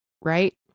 right